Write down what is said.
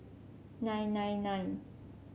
nine nine nine